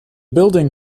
building